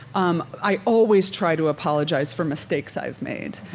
um i always try to apologize for mistakes i've made.